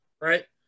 right